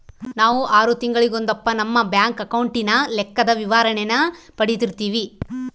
ನಾವು ಆರು ತಿಂಗಳಿಗೊಂದಪ್ಪ ನಮ್ಮ ಬ್ಯಾಂಕ್ ಅಕೌಂಟಿನ ಲೆಕ್ಕದ ವಿವರಣೇನ ಪಡೀತಿರ್ತೀವಿ